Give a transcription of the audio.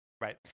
Right